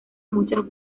muchas